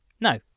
No